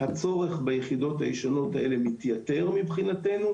הצורך ביחידות הישנות האלה מתייתר מבחינתנו.